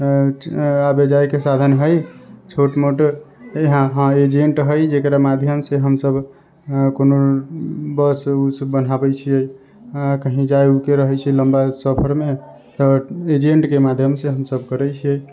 आबे जाय के साधन हय छोट मोट यहाँ एजेंट हय जकरा माध्यम से हमसब कोनो बस उस बढ़ाबै छियै कहीं जाय ओ के रहै छै लम्बा सफर मे तऽ एजेंट के माध्यम से हमसब करै छियै